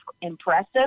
impressive